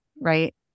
right